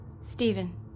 Stephen